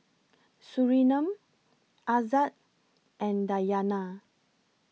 Surinam Aizat and Dayana